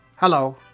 Hello